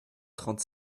trente